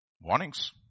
Warnings